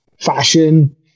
fashion